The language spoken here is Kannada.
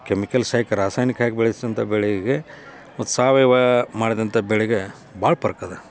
ಕೆಮಿಕಲ್ ಸೈಕ್ ರಾಸಾಯನಿಕ ಹಾಕಿ ಬೆಳೆಸಿದಂಥ ಬೆಳೆಗೆ ಮತ್ತು ಸಾವಯವ ಮಾಡಿದಂಥ ಬೆಳೆಗೆ ಭಾಳ ಫರ್ಕ್ ಇದೆ